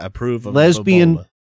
lesbian